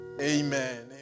Amen